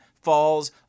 falls